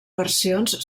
versions